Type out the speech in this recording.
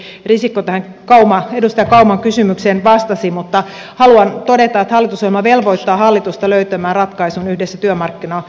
juuri ministeri risikko tähän edustaja kauman kysymykseen vastasi mutta haluan todeta että hallitusohjelma velvoittaa hallitusta löytämään ratkaisun yhdessä työmarkkinajärjestöjen kanssa